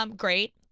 um great,